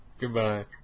Goodbye